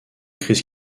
crise